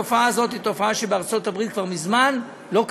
התופעה הזאת בארצות הברית כבר מזמן לא קיימת.